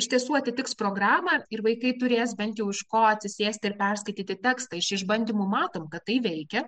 iš tiesų atitiks programą ir vaikai turės bent jau iš ko atsisėsti ir perskaityti tekstą iš išbandymų matom kad tai veikia